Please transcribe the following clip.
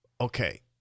okay